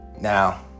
Now